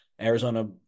Arizona